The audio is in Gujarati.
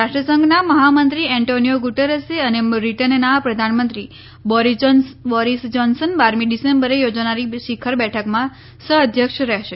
રાષ્ટ્રસંઘના મહામંત્રી એન્ટોનિઓ ગુટેરસ અને બ્રિટનના પ્રધાનમંત્રી બોરિસ જોનસન બારમી ડિસેમ્બરે યોજાનારી શિખર બેઠકમાં સહ્ અધ્યક્ષ રહેશે